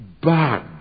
bad